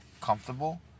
comfortable